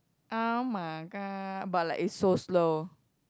[oh]-my-god but like it's so slow